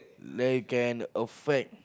they can affect